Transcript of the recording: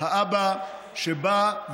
האבא שבא,